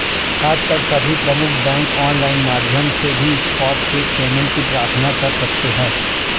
आजकल सभी प्रमुख बैंक ऑनलाइन माध्यम से भी स्पॉट चेक पेमेंट की प्रार्थना कर सकते है